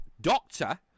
doctor